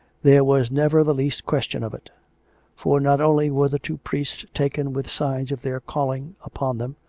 there was never the least question of it for not only were the two priests taken with signs of their calling upon them,